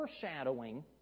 foreshadowing